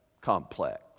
complex